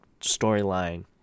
storyline